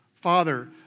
Father